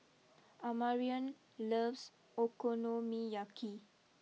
Amarion loves Okonomiyaki